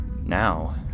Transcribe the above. Now